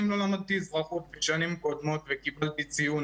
אם לא למדתי אזרחות בשנים קודמות וקיבלתי ציון,